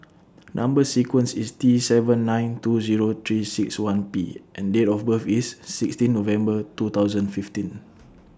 Number sequence IS T seven nine two Zero three six one P and Date of birth IS sixteen November two thousand fifteen